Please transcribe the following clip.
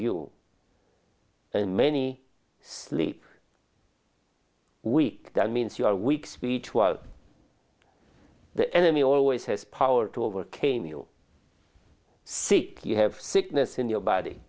you and many sleep weak that means you are weak speech was the enemy always has power to overcame you see you have sickness in your body